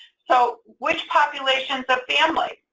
so which populations of families?